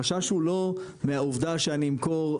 החשש הוא לא מהעובדה שאני אמכור,